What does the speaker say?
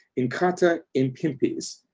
inkatha impimpis,